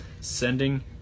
sending